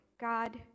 God